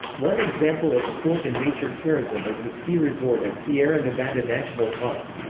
one example of sport and nature tourism is the ski resort at sierra nevada national park.